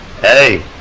Hey